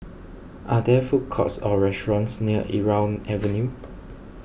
are there food courts or restaurants near Irau Avenue